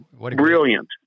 brilliant